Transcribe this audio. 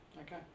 Okay